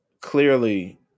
clearly